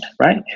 right